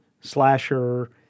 slasher